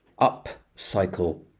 upcycle